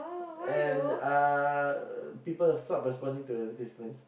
and uh people stopped responding to the advertisements